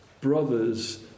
brothers